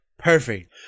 Perfect